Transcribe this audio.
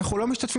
אנחנו לא משתתפים.